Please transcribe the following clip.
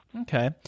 Okay